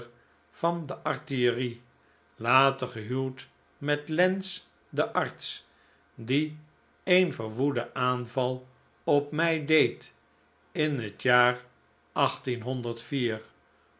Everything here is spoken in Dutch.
van de artillerie later gehuwd met lance den arts die een verwoeden aanval op mij deed in het jaar